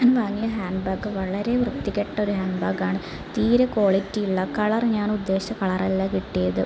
ഞാൻ വാങ്ങിയ hand bag വളരെ വൃത്തികെട്ടൊരു ഹാൻഡ് ബാഗാണ് തീരെ ക്വാളിറ്റിയില്ല കളർ ഞാനുദ്ദേശിച്ച കളറല്ല കിട്ടിയത്